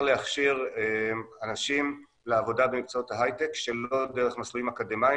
להכשיר אנשים לעבודה במקצועות ההייטק שהם לא דרך מסלולים אקדמאיים,